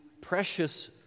precious